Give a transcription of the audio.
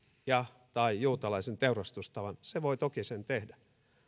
ja tai juutalaisen teurastustavan se voi toki sen tehdä